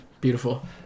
Beautiful